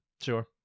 Sure